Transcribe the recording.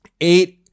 eight